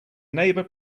neighbor